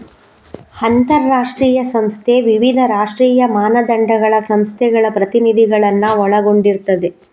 ಅಂತಾರಾಷ್ಟ್ರೀಯ ಸಂಸ್ಥೆ ವಿವಿಧ ರಾಷ್ಟ್ರೀಯ ಮಾನದಂಡಗಳ ಸಂಸ್ಥೆಗಳ ಪ್ರತಿನಿಧಿಗಳನ್ನ ಒಳಗೊಂಡಿರ್ತದೆ